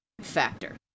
factor